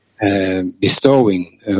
bestowing